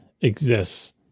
exists